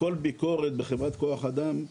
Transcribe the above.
כל ביקורת בחברת כוח אדם,